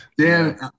Dan